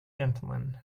gentlemen